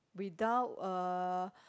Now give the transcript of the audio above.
without uh